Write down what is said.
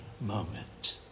moment